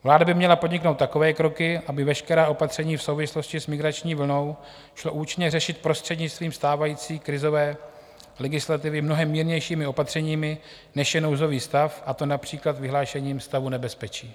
Vláda by měla podniknout takové kroky, aby veškerá opatření v souvislosti s migrační vlnou šlo účinně řešit prostřednictvím stávající krizové legislativy mnohem mírnějšími opatřeními, než je nouzový stav, a to například vyhlášením stavu nebezpečí.